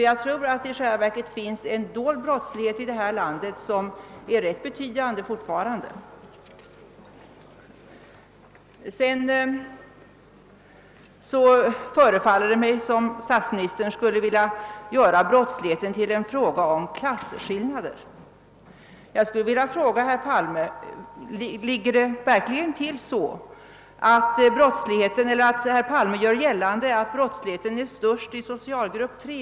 Jag tror att det i själva verket finns en dold brottslighet i det här landet som fortfarande är rätt betydande. Det förefaller mig vidare som om statsministern skulle vilja göra brottsligheten till en fråga om klasskillnader. Jag skulle då vilja fråga herr Pal me: Ligger det verkligen till så, som herr Palme gör gällande, att brottsligheten är störst i socialgrupp 3?